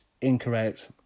incorrect